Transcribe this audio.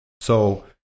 So-